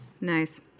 Nice